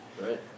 Right